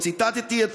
ציטטתי את